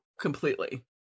completely